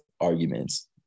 arguments